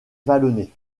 vallonnée